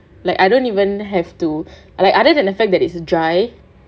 like I don't even have to like other that the fact that it is dry